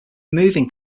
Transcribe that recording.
moving